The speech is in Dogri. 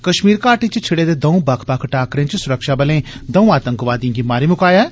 कश्मीर घाटी च छिड़े दे दऊं बक्ख बक्ख टाकरें च सुरक्षा बलें दऊं आतंकवादिएं गी मारी मकाया ऐ